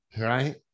right